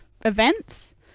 events